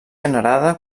generada